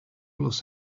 los